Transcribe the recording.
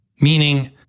Meaning